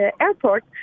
airport